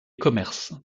commerces